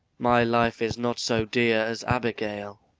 my life is not so dear as abigail.